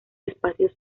espacios